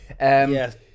Yes